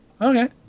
Okay